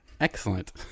Excellent